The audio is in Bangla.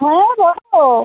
হ্যাঁ বলো